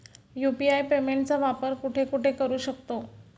UPI पेमेंटचा वापर कुठे कुठे करू शकतो?